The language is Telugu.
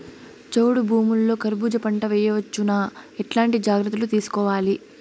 చౌడు భూముల్లో కర్బూజ పంట వేయవచ్చు నా? ఎట్లాంటి జాగ్రత్తలు తీసుకోవాలి?